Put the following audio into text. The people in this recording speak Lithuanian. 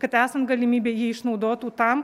kad esant galimybei jį išnaudotų tam